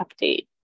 update